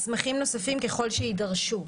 מסמכים נוספים ככל שיידרשו.